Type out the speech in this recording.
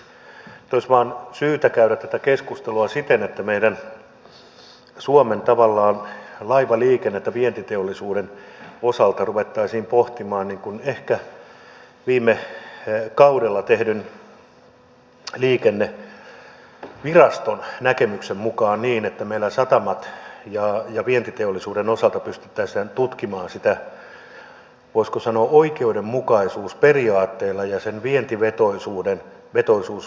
nyt olisi vaan syytä käydä tätä keskustelua siten että meidän suomen tavallaan laivaliikennettä vientiteollisuuden osalta ruvettaisiin ehkä pohtimaan viime kaudella tehdyn liikenneviraston näkemyksen mukaan niin että meillä satamien ja vientiteollisuuden osalta pystyttäisiin tutkimaan sitä voisiko sanoa oikeudenmukaisuusperiaatteella ja sen vientivetoisuus huomioiden